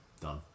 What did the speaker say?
done